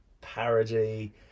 parody